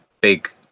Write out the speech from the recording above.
big